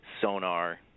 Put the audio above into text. sonar